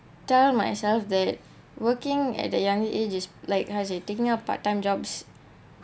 tell myself that working at a young age is like how you said it taking up part time jobs